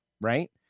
right